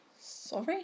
sorry